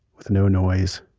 with no noise,